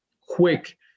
quick